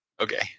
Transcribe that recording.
Okay